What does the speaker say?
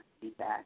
feedback